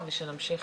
שננסה